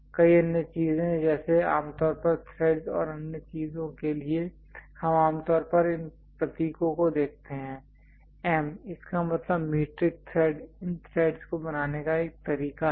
कई अन्य चीजें जैसे आमतौर पर थ्रेड्स और अन्य चीजों के लिए हम आमतौर पर इन प्रतीकों को देखते हैं M इसका मतलब है मीट्रिक थ्रेड इन थ्रेड्स को बनाने का एक तरीका है